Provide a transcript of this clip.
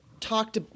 talked